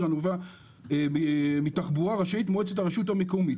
הנובע מתחבורה רשאית מועצת הרשות המקומית,